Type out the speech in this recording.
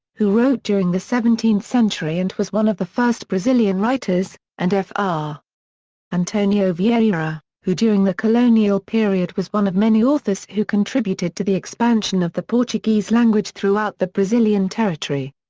who wrote during the seventeenth century and was one of the first brazilian writers, and fr. ah antonio vieira, who during the colonial period was one of many authors who contributed to the expansion of the portuguese language throughout the brazilian territory.